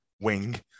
Wing